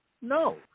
no